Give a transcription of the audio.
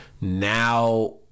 Now